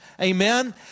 Amen